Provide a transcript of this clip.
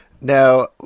Now